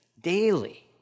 daily